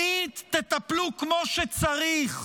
שנית, תטפלו כמו שצריך,